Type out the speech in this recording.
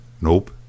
Nope